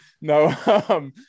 No